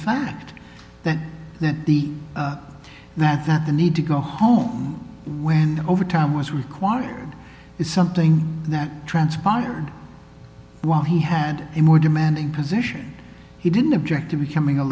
fact that the that's the need to go home when overtime was required is something that transpired while he had a more demanding position he didn't object to becoming a